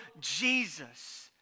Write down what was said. Jesus